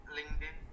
LinkedIn